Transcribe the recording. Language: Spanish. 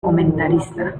comentarista